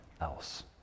else